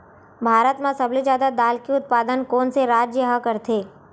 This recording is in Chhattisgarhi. भारत मा सबले जादा दाल के उत्पादन कोन से राज्य हा करथे?